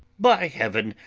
by heaven,